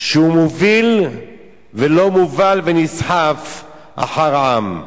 שהוא מוביל ולא מובל ונסחף אחר העם,